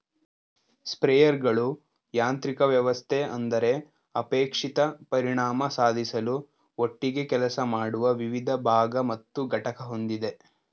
ಸ್ಪ್ರೇಯರ್ಗಳು ಯಾಂತ್ರಿಕ ವ್ಯವಸ್ಥೆ ಅಂದರೆ ಅಪೇಕ್ಷಿತ ಪರಿಣಾಮ ಸಾಧಿಸಲು ಒಟ್ಟಿಗೆ ಕೆಲಸ ಮಾಡುವ ವಿವಿಧ ಭಾಗ ಮತ್ತು ಘಟಕ ಹೊಂದಿದೆ